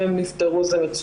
אם הם נפתרו זה מצוין.